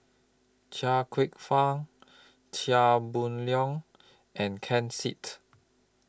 Chia Kwek Fah Chia Boon Leong and Ken Seet